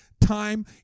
time